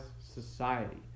society